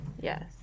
yes